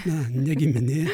na ne giminė